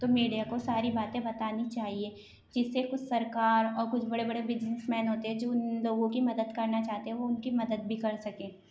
تو میڈیا کو ساری باتیں بتانی چاہیے جس سے کچھ سرکار اور کچھ بڑے بڑے بزنس مین ہوتے ہیں جو ان لوگوں کی مدد کرنا چاہتے ہیں وہ ان کی مدد بھی کر سکیں